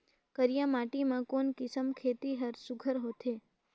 करिया माटी मा कोन किसम खेती हर सुघ्घर होथे?